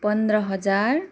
पन्ध्र हजार